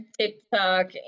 TikTok